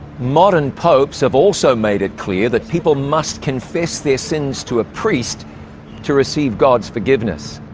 modern popes have also made it clear that people must confess their sins to a priest to receive god's forgiveness.